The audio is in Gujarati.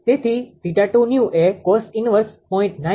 તેથી 𝜃2𝑛𝑒𝑤 એ cos−1 0